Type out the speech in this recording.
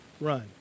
run